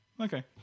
Okay